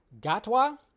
Gatwa